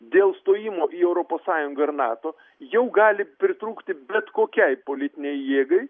dėl stojimo į europos sąjungą ir nato jau gali pritrūkti bet kokiai politinei jėgai